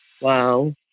Wow